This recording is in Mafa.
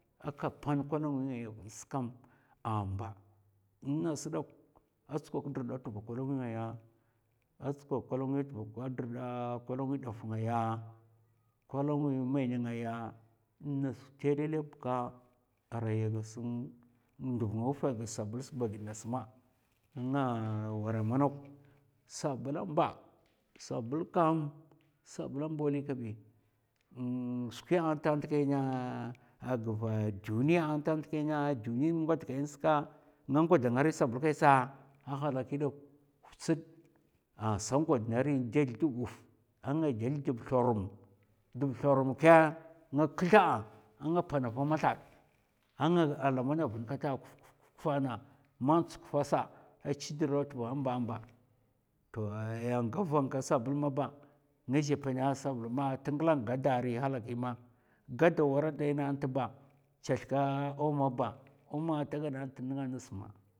Aka pan kolonkwi ngaya a vns kam a mba in ngas ɗok a tsokwak drdda tva kolonkwi ngaya a tsokwak drdda tva kolonkwi daf ngaya kolonkwin mèn ngaya nas tèlèlè bka arai a gas nduv a wufè ghid sabl sa ma a nga wèra manok sabl a mba sabl kam sabla mba wali kabi skwi yan tant kai ahhh a gav duniya tanta a duni ngwadkèna nga ngwad nga ri sabl kai tsa. A halaki dok hu'tsèd a sa ngwad rin dlèz dab wuf a nga dlèz dab thorum dab thorum kè nga kla'a a nga pana va mathak a nga lamana vin kata kufkufkufa na man tsukufa sa a chi drdda daw da tva mba mba ayan ga van ka va a sabl maba ngazhè pèna sabl ma ta nglan gada ri ma gada wara daina tba chèth ka omo ba omo ata ghada nènga ngas ma,